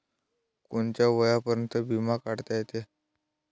कोनच्या वयापर्यंत बिमा काढता येते?